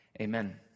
Amen